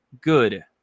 good